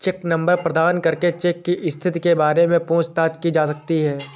check number प्रदान करके cheque की स्थिति के बारे में पूछताछ की जा सकती है